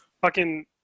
fucking-